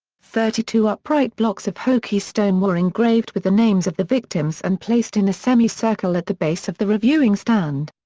thirty-two upright blocks of hokie stone were engraved with the names of the victims and placed in a semicircle at the base of the reviewing stand.